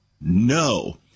No